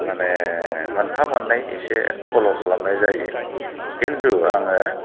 माने मोनफा मोननै इसे फल' खालामनाय जायो किन्थु आङो